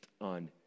on